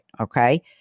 okay